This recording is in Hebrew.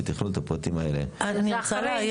ותכלול את הפרטים האלה: אני רוצה להגיד,